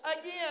Again